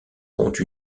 compte